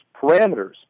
parameters